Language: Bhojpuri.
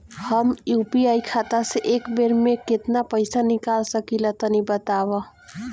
हम यू.पी.आई खाता से एक बेर म केतना पइसा निकाल सकिला तनि बतावा?